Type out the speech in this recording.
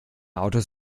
autos